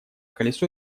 колесо